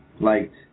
liked